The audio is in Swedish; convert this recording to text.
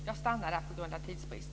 Jag stannar där på grund av tidsbrist.